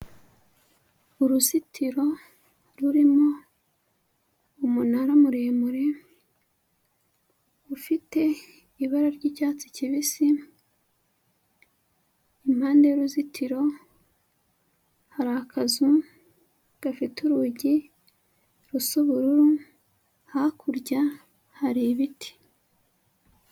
Uruzitiro rurimo umunara muremure, ufite ibara ry'icyatsi kibisi, impande y'uruzitiro, hari akazu gafite urugi rusa ubururu, hakurya hari ibiti.